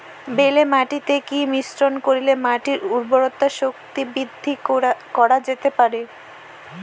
বেলে মাটিতে কি মিশ্রণ করিলে মাটির উর্বরতা শক্তি বৃদ্ধি করা যেতে পারে?